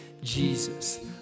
Jesus